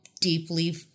deeply